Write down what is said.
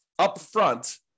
upfront